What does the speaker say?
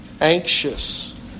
anxious